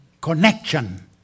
connection